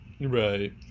Right